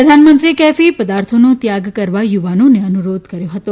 પ્રધાનમંત્રીએ કેફી પદાર્થોનો ત્યાગ કરવા યુવાનોને અનુરોધ કર્યો હતો